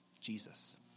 Jesus